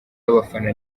y’abafana